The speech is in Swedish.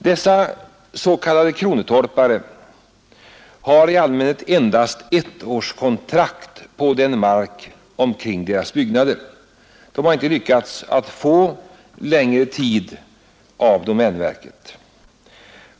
Dessa s.k. kronotorpare har i allmänhet endast ettårskontrakt på marken kring sina byggnader. De har inte lyckats få längre kontraktstid av domänverket.